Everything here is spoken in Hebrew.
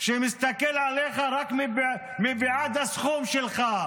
כשהוא מסתכל עליך רק מבעד הסכום שלך,